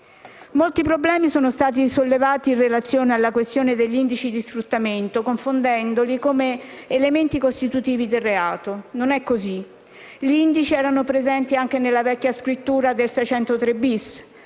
Molti problemi sono stati sollevati in relazione alla questione degli indici di sfruttamento, confondendoli come elementi costitutivi del reato. Non è così, in quanto gli indici erano presenti anche nella vecchia scrittura dell'articolo